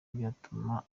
byatuma